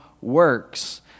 works